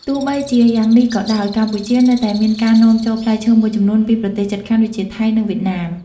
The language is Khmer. ទោះបីជាយ៉ាងនេះក៏ដោយ កម្ពុជានៅតែមានការនាំចូលផ្លែឈើមួយចំនួនពីប្រទេសជិតខាងដូចជា ថៃ និងវៀតណាម។